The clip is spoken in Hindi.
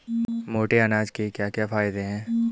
मोटे अनाज के क्या क्या फायदे हैं?